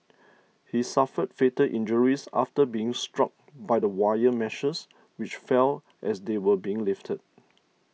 he suffered fatal injuries after being struck by the wire meshes which fell as they were being lifted